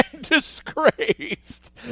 Disgraced